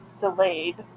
Delayed